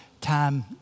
time